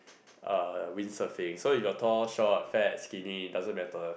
uh wind surfing so if you are tall short fat skinny doesn't matter